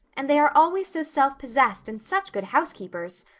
and they are always so selfpossessed and such good housekeepers.